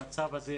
המצב הזה,